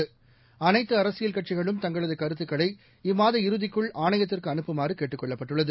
பு அனைத்துஅரசியல் கட்சிகளும் தங்களதுகருத்துக்களை இறுதிக்குள் இம்மாத ஆணையத்திற்குஅனுப்புமாறுகேட்டுக் கொள்ளப்பட்டுள்ளது